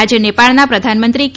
આજે નેપાળના પ્રધાનમંત્રી કે